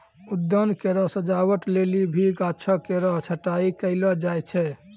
उद्यान केरो सजावट लेलि भी गाछो केरो छटाई कयलो जाय छै